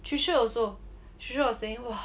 tricia also tricia was saying !wah!